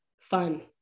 fun